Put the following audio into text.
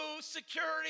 security